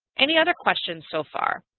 any other questions so far?